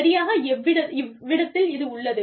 சரியாக இவ்விடத்தில் இது உள்ளது